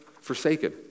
forsaken